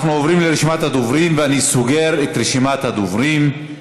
אנחנו עוברים לרשימת הדוברים ואני סוגר את רשימת הדוברים.